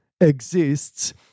exists